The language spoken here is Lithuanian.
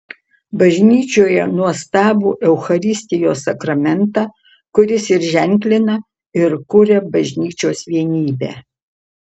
bažnyčioje nuostabų eucharistijos sakramentą kuris ir ženklina ir kuria bažnyčios vienybę